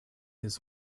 his